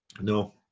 no